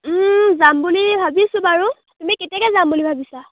যাম বুলি ভাবিছোঁ বাৰু তুমি কেতিয়াকৈ যাম বুলি ভাবিছা